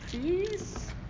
please